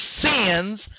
sins